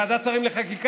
ועדת שרים לחקיקה?